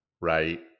Right